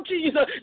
Jesus